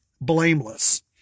blameless